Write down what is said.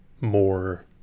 more